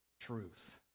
truth